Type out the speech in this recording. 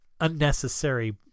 unnecessary